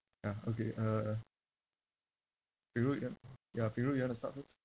ya okay uh firul ya ya firul you want to start first